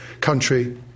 country